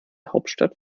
hauptstadt